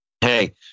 hey